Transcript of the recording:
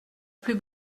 plus